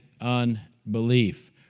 unbelief